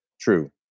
True